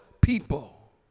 people